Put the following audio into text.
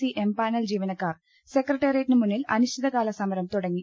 C empanel ജീവനക്കാർ സെക്രട്ടേറിയറ്റിന് മുന്നിൽ അനിശ്ചിതകാല സമരം തുടങ്ങി